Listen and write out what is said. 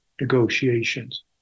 negotiations